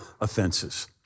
offenses